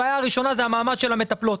הבעיה הראשונה זה המעמד של המטפלות.